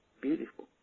beautiful